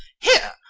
here!